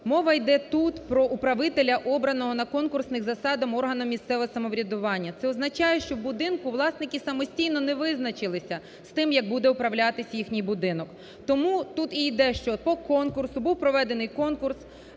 Мова іде тут про управителя, обраного на конкурсних засадах органом місцевого самоврядування, це означає, що в будинку власники самостійно не визначилися з тим, як буде управлятися їхній будинок. Тому тут і йде, що по конкурсу, був проведений конкурс,